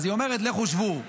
אז היא אומרת: לכו שבו,